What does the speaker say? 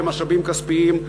למשאבים כספיים,